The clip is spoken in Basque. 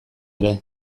ere